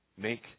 Make